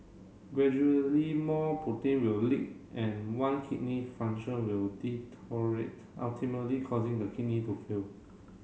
gradually more protein will leak and one kidney function will deteriorate ultimately causing the kidney to fail